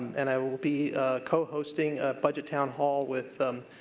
and i will will be co-hosting a budget town hall with